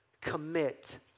commit